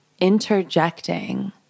interjecting